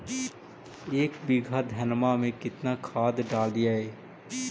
एक बीघा धन्मा में केतना खाद डालिए?